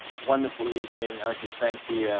wonderful evening. i'd like to thank the, ah,